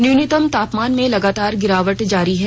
न्यूनतम तापमान में लगातार गिरावट जारी है